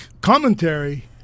commentary